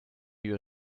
your